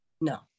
no